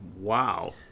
Wow